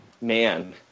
Man